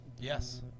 Yes